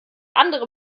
andere